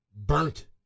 burnt